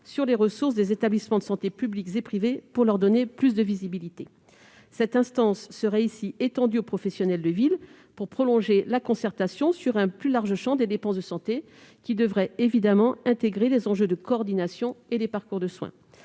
sur les ressources des établissements de santé publics et privés pour leur donner plus de visibilité. Cette instance serait ici étendue aux professionnels de ville pour prolonger la concertation sur un plus large champ des dépenses de santé, concertation qui devrait évidemment intégrer les enjeux de coordination et les parcours de soins.